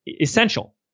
essential